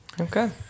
Okay